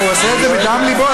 להפך, הוא עושה את זה מדם לבו.